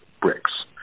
bricks